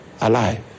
alive